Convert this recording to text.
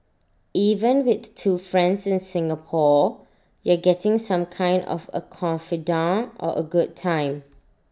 even with two friends in Singapore you're getting some kind of A confidante or A good time